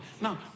Now